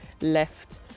left